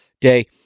day